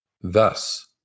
Thus